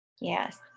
yes